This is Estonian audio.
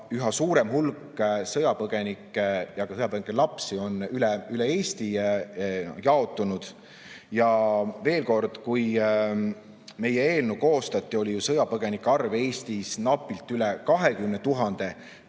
üha suurem hulk sõjapõgenikke ja sõjapõgenike lapsi on üle Eesti jaotunud. Ja veel kord, kui meie eelnõu koostati, oli sõjapõgenike arv Eestis napilt üle 20 000,